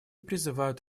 призывают